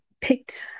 picked